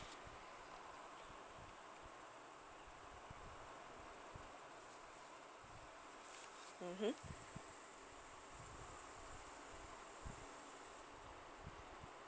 mmhmm